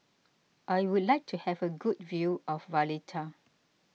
I would like to have a good view of Valletta